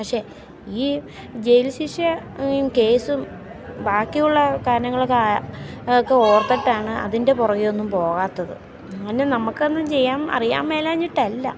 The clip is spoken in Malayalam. പക്ഷേ ഈ ജയിൽശിക്ഷ കേസും ബാക്കിയുള്ള കാരണങ്ങളൊക്ക അതൊക്കെ ഓർത്തിട്ടാണ് അതിൻ്റെ പുറകേ ഒന്നും പോകാത്തത് അങ്ങനെ നമുക്കൊന്നും ചെയ്യാൻ അറിയാൻ മേലാഞ്ഞിട്ടല്ല